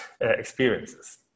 experiences